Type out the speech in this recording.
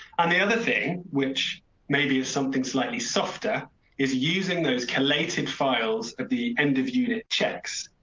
and the other thing which maybe is something slightly softer is using those correlated files at the end of unit checks.